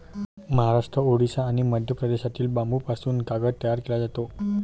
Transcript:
महाराष्ट्र, ओडिशा आणि मध्य प्रदेशातील बांबूपासून कागद तयार केला जातो